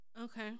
Okay